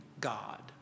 God